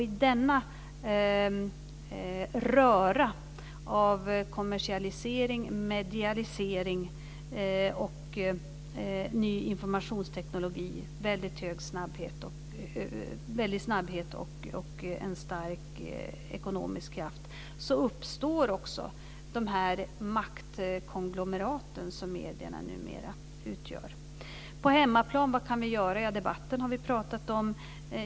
I denna röra av kommersialisering, medialisering, ny informationsteknik, väldig snabbhet och en stark ekonomisk kraft uppstår också de maktkonglomerat som medierna numera utgör. Vad kan vi göra på hemmaplan? Vi har talat om debatten.